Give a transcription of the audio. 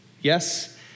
yes